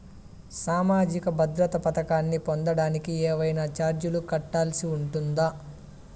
సామాజిక భద్రత పథకాన్ని పొందడానికి ఏవైనా చార్జీలు కట్టాల్సి ఉంటుందా?